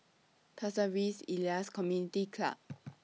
Pasir Ris Elias Community Club